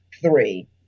three